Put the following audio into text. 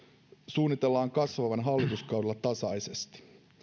suunnitellaan kasvavan hallituskaudella tasaisesti